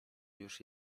już